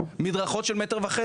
מדרכות של מטר וחצי.